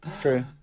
True